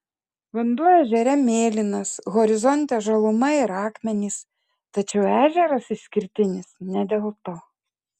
vanduo ežere mėlynas horizonte žaluma ir akmenys tačiau ežeras išskirtinis ne dėl to